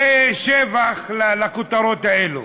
התשע"ו 2016,